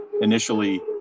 initially